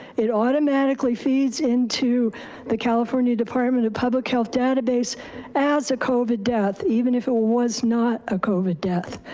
it automatically feeds into the california department of public health database as a covid death, even if it was not a covid death.